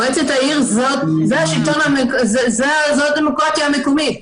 מועצת העיר זו הדמוקרטיה המקומית.